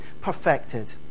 perfected